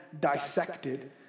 dissected